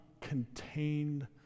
contained